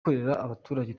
abaturage